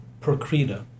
procreta